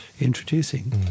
introducing